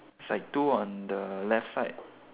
it's like two on the left side